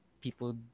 people